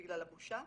בגלל הבושה?